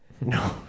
No